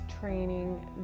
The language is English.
training